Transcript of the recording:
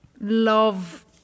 love